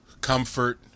Comfort